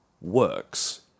works